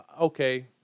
okay